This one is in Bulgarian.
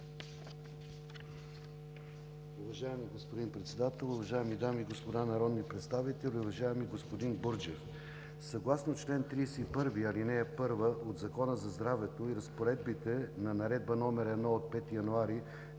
Уважаеми господин Председател, уважаеми дами и господа народни представители! Уважаеми господин Бурджев, съгласно чл. 31, ал. 1 от Закона за здравето и разпоредбите на Наредба № 1 от 5 януари